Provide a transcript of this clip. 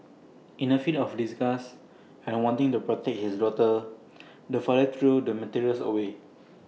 in A fit of disgust and wanting to protect his daughter the father threw the materials away